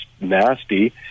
nasty